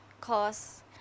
Cause